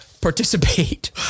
Participate